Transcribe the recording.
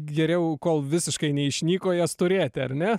geriau kol visiškai neišnyko jas turėti ar ne